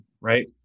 right